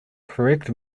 correct